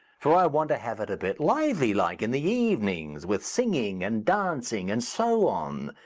for i want to have it a bit lively like in the evenings, with singing and dancing, and so on.